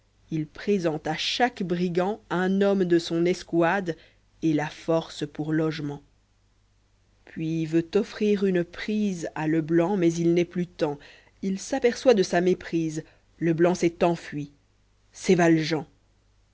il présente à chaque brigand un homme de son escouade fit la force pour logement puis veut offrir une prise a leblanc mais il n'est plus temps il s'aperçoit de sa méprise leblanc s'est enfuit c'est valjean